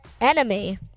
enemy